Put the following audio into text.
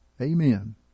amen